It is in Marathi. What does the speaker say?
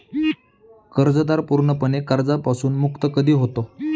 कर्जदार पूर्णपणे कर्जापासून मुक्त कधी होतो?